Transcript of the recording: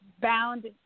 bound